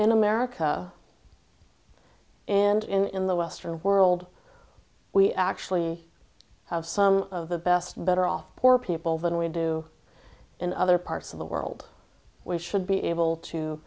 in america and in the western world we actually have some of the best better off poor people than we do in other parts of the world we should be able to